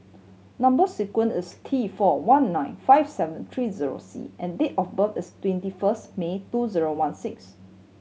number sequence is T four one nine five seven three zero C and date of birth is twenty first May two zero one six